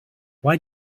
why